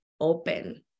open